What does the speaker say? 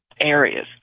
areas